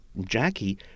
Jackie